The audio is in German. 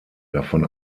davon